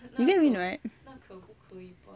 is damn mean right